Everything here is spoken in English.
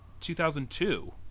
2002